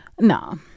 No